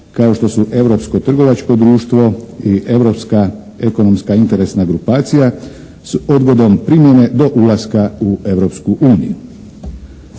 kao što su Europsko trgovačko društvo i Europska ekonomska interesna grupacija s odgodom primjene do ulaska u